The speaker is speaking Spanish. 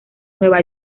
nueva